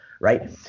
right